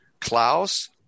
Klaus